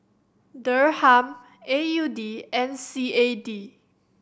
Dirham A U D and C A D